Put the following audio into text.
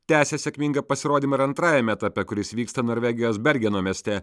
tęsė sėkmingą pasirodymą ir antrajame etape kuris vyksta norvegijos bergeno mieste